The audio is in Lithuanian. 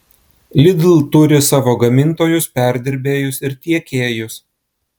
lidl turi savo gamintojus perdirbėjus ir tiekėjus